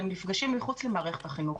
הם נפגשים מחוץ למערכת החינוך,